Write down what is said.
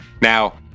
Now